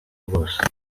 bwose